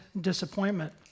disappointment